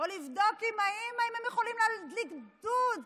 או לבדוק עם האימא אם הם יכולים להדליק דוד,